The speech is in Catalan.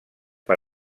per